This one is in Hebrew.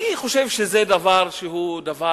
אני חושב שזה רק דבר ראוותני.